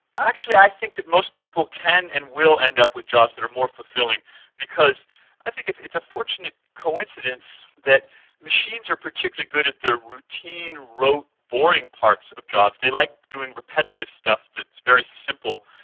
actually i think that most people can and will end up with jobs that are more fulfilling because i think it's an unfortunate coincidence that machines are particularly good at the routine, rote, boring parts of jobs, they like doing repetitive stuff that's very simple,